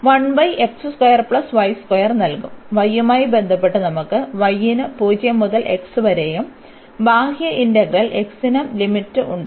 നൽകും y യുമായി ബന്ധപ്പെട്ട് നമുക്ക് y ന് 0 മുതൽ x വരെയും ബാഹ്യ ഇന്റഗ്രൽ x നും ലിമിറ്റ് ഉണ്ട്